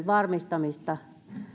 varmistamista